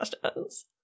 questions